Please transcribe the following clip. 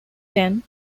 ten